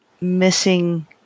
missing